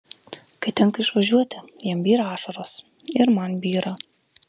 kai tenka išvažiuoti jam byra ašaros ir man byra